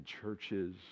churches